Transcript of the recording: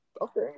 Okay